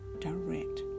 direct